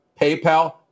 PayPal